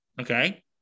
Okay